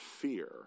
fear